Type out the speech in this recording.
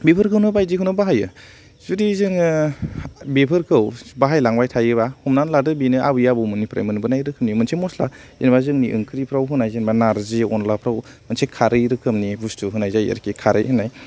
बेफोरखौनो बायदिखौनो बाहायो जुदि जोङो बेफोरखौ बाहायलांबाय थायोब्ला हमनानै लादो बेनो आबै आबौमोननिफ्राय मोनबोनाय रोखोमनि मोनसे मस्ला जेनेबा जोंनि ओंख्रिफोराव होनाय नार्जि अनलाफोराव मोनसे खारै रोखोमनि बस्तु होनाय जायो आरोखि खारै होननाय